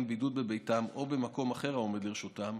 בידוד בביתם או במקום אחר העומד לרשותם,